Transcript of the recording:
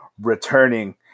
returning